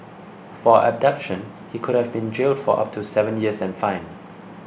for abduction he could have been jailed for up to seven years and fined